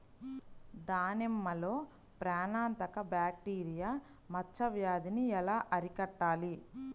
దానిమ్మలో ప్రాణాంతక బ్యాక్టీరియా మచ్చ వ్యాధినీ ఎలా అరికట్టాలి?